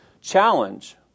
challenge